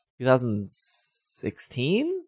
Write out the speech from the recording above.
2016